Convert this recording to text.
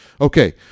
Okay